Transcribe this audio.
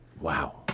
Wow